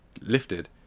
lifted